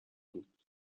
بود